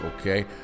okay